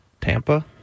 Tampa